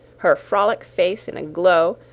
her frolic face in a glow,